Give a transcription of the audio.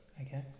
Okay